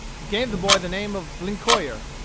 he gave the boy the name of lincoyer.